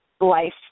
life